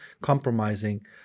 compromising